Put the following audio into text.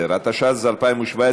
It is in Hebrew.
10), התשע"ז 2017,